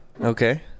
Okay